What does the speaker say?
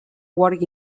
work